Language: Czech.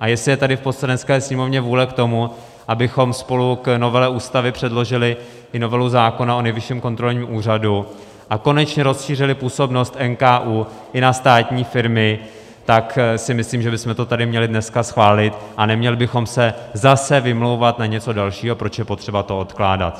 a jestli je tady v Poslanecké sněmovně vůle k tomu, abychom spolu k novele Ústavy předložili i novelu zákona o Nejvyšším kontrolním úřadu a konečně rozšířili působnost NKÚ i na státní firmy, tak si myslím, že bychom to tady měli dneska schválit a neměli bychom se zase vymlouvat na něco dalšího, proč je potřeba to odkládat.